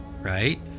right